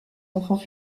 enfants